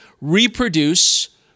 Reproduce